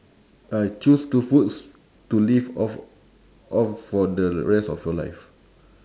uh choose two foods to live off off for the rest of your life